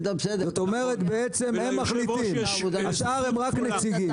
זאת אומרת, הם למעשה מחליטים והשאר הם רק נציגים.